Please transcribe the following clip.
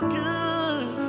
good